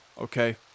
okay